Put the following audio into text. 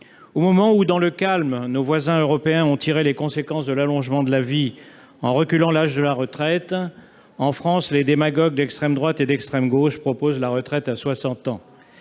Au moment où, dans le calme, nos voisins européens ont tiré les conséquences de l'allongement de la vie en reculant l'âge de la retraite, en France, les démagogues d'extrême droite et d'extrême gauche proposent la retraite à 60 ans.